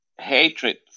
hatred